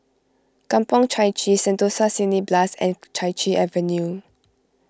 Kampong Chai Chee Sentosa Cineblast and Chai Chee Avenue